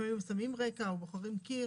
לפעמים הם שמים רקע או בוחרים קיר,